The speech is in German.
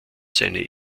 seine